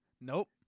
Nope